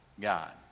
God